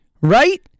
Right